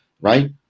right